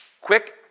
quick